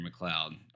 McLeod